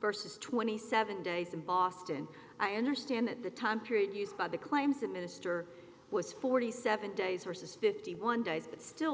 versus twenty seven days in boston i understand that the time period used by the claims of minister was forty seven days horses fifty one days but still